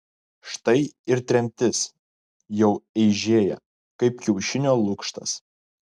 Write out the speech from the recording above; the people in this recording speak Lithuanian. štai ir tremtis jau eižėja kaip kiaušinio lukštas